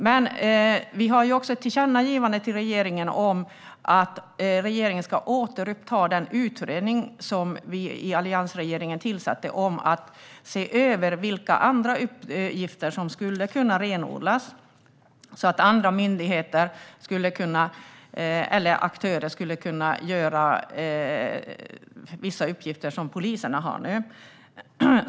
Men vi har också ett tillkännagivande till regeringen om att regeringen ska återuppta den utredning som vi i alliansregeringen tillsatte om att se över vilka andra uppgifter som skulle kunna renodlas, så att andra myndigheter eller aktörer skulle kunna göra vissa uppgifter som polisen har nu.